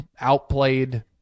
outplayed